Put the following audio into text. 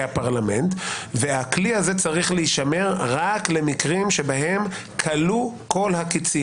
הפרלמנט והכלי הזה צריך להישמר רק למקרים שבהם הכלו כל הקצים.